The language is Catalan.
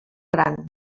gran